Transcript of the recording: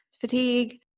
fatigue